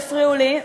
הפריעו לי,